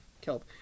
Kelp